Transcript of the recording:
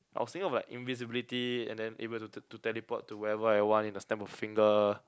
I was thinking of like invisibility and then able to to teleport to wherever I want in a snap of finger